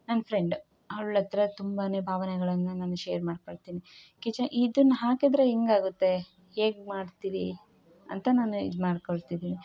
ನನ್ನ ಫ್ರೆಂಡ್ ಅವ್ಳಹತ್ರ ತುಂಬಾ ಭಾವನೆಗಳನ್ನ ನಾನು ಶೇರ್ ಮಾಡಿಕೊಳ್ತೀನಿ ಕಿಚ ಇದನ್ ಹಾಕಿದ್ರೆ ಹೆಂಗಾಗುತ್ತೆ ಹೇಗೆ ಮಾಡ್ತಿರಿ ಅಂತ ನಾನು ಇದು ಮಾಡಿಕೊಳ್ತಿದೀನಿ